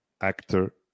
Actor